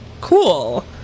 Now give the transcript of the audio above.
Cool